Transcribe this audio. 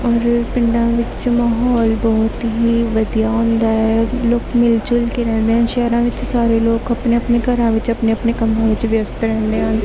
ਔਰ ਪਿੰਡਾਂ ਵਿੱਚ ਮਾਹੌਲ ਬਹੁਤ ਹੀ ਵਧੀਆ ਹੁੰਦਾ ਹੈ ਲੋਕ ਮਿਲ ਜੁਲ ਕੇ ਰਹਿੰਦੇ ਹਨ ਸ਼ਹਿਰਾਂ ਵਿੱਚ ਸਾਰੇ ਲੋਕ ਆਪਣੇ ਆਪਣੇ ਘਰਾਂ ਵਿੱਚ ਆਪਣੇ ਆਪਣੇ ਕੰਮਾਂ ਵਿੱਚ ਵਿਅਸਤ ਰਹਿੰਦੇ ਹਨ